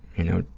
you know,